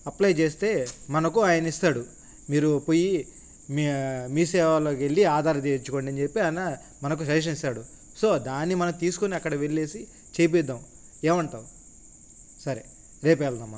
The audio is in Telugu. అప్లై చేస్తే మనకు ఆయన ఇస్తాడు మీరు పోయి మీ మీసేవలోకి వెళ్ళి ఆధార్ తీయించుకోండి అని చెప్పి ఆయన మనకు సజెషన్ ఇస్తాడు సో దాన్ని మనం తీసుకోని అక్కడ వెళ్ళి చేయింద్దాం ఏమంటావు సరే రేపి వెళ్దాం మనం